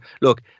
look